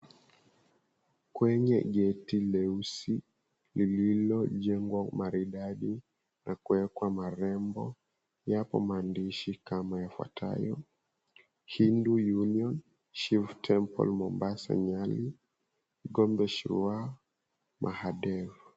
Kwenye geti leusi lililojengwa maridadi na kuwekwa marembo yapo maandishi kama yafuatayo, Hindu Union, Shiv Temple Mombasa Nyali, Kondoshwav Mahadiv.